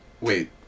wait